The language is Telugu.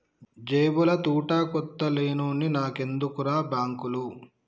జేబుల తూటుకొత్త లేనోన్ని నాకెందుకుర్రా బాంకులు